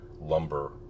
lumber